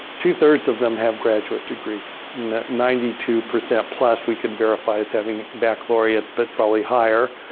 two-thirds of them have graduate degrees. ninety two percent plus, we can verify as having baccalaureates. but it's probably higher.